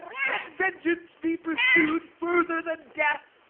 can vengeance be pursu'd further than death?